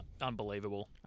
unbelievable